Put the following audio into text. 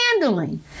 handling